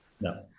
No